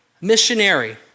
missionary